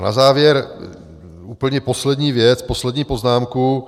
Na závěr úplně poslední věc, poslední poznámku.